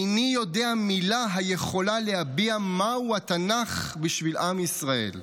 איני יודע מילה היכולה להביע מהו התנ"ך בשביל עם ישראל".